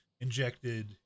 injected